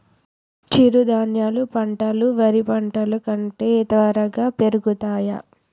చిరుధాన్యాలు పంటలు వరి పంటలు కంటే త్వరగా పెరుగుతయా?